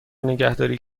نگهداری